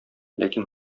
ләкин